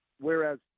whereas